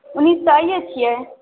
उन्नैस तऽ आइए छियै